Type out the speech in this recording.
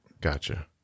Gotcha